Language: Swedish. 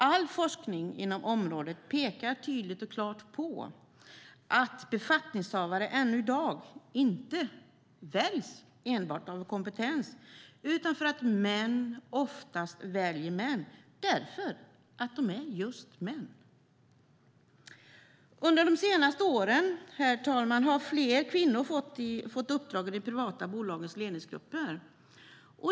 All forskning inom området pekar tydligt och klart på att befattningshavare fortfarande inte väljs enbart utifrån kompetens, utan män väljer oftast män därför att de är just män. Herr talman! Under de senaste åren har fler kvinnor fått uppdrag i de privata bolagens ledningsgrupper.